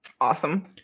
Awesome